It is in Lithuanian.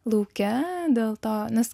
lauke dėl to nes